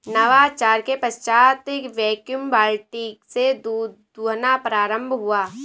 नवाचार के पश्चात वैक्यूम बाल्टी से दूध दुहना प्रारंभ हुआ